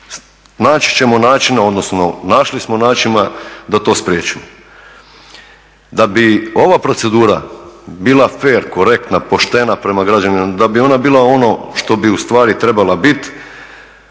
naći ćemo načina, odnosno našli smo načina da to spriječimo. Da bi ova procedura bila fer, korektna, poštena prema građanima, da bi ona bila ono što bi ustvari trebala biti